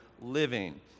living